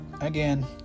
again